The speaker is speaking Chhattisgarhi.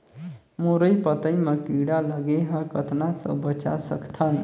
मुरई पतई म कीड़ा लगे ह कतना स बचा सकथन?